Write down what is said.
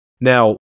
now